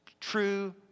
True